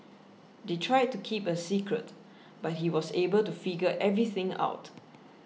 they tried to keep a secret but he was able to figure everything out